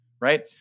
right